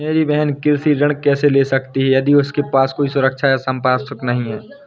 मेरी बहिन कृषि ऋण कैसे ले सकती है यदि उसके पास कोई सुरक्षा या संपार्श्विक नहीं है?